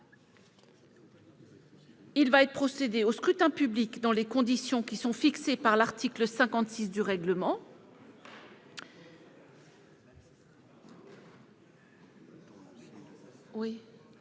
Il va être procédé au scrutin dans les conditions fixées par l'article 56 du règlement.